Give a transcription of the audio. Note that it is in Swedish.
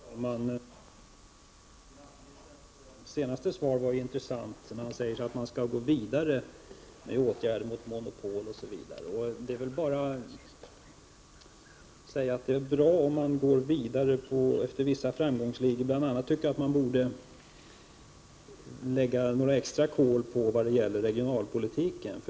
Finansministerns senaste svar var intressant. Han säger att man skall gå vidare med åtgärder mot monopol osv. Till detta är väl bara att säga att det är bra om man går vidare efter vissa framgångslinjer. Men jag tycker att man borde lägga på några extra kol när det gäller regionalpolitiken.